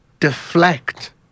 deflect